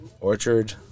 Orchard